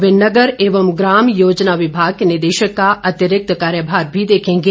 वह नगर एवं ग्राम योजना विभाग के निदेशक का अतिरिक्त कार्यभार भी देखेंगे